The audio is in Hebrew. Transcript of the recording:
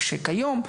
כיום,